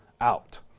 out